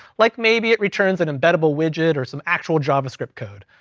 like maybe it returns an embeddable widget, or some actual javascript code.